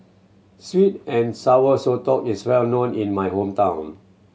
sweet and Sour Sotong is well known in my hometown